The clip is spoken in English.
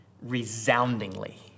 resoundingly